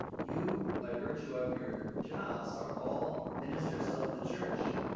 you, by virtue of your jobs are all ministers of the church.